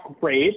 great